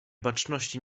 baczności